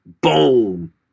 boom